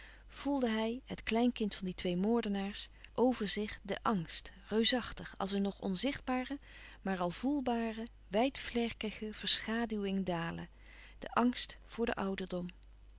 voelde hij het kleinkind van die twee moordenaars over zich den angst reusachtig als een nog onzichtbare maar al voelbare wijdvlerkige verschaduwing dalen de angst voor den ouderdom